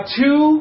two